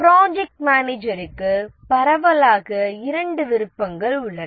project மேனேஜருக்கு பரவலாக இரண்டு விருப்பங்கள் உள்ளன